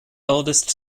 eldest